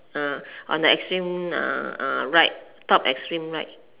on the extreme right top extreme right